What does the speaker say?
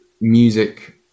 music